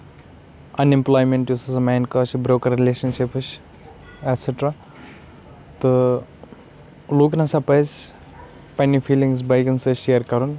in employment یُس ہسا main cause چھُ بروکٕنۍ رِلیشنشپس ایٹسِٹرا تہٕ لوٗکن ہسا پَزِ پَںٕنہِ فِلیِٖنگس باقین سۭتۍ شِیر کَرُن